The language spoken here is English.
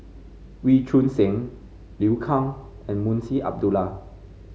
Wee Choon Seng Liu Kang and Munshi Abdullah